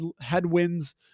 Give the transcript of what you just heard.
headwinds